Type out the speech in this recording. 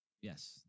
yes